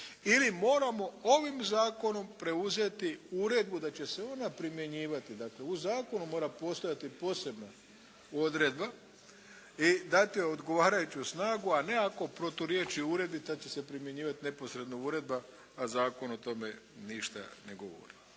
ili moramo ovim zakonom preuzeti uredbu da će se ona primjenjivati, dakle u zakonu mora postojati posebna odredba i dati odgovarajuću snagu, a ne ako proturječi uredbi tad će se primjenjivati neposredno uredba a zakon o tome ništa ne govori.